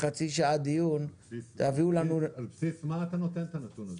על בסיס מה אתה נותן את הנתון הזה?